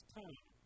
time